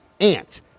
ant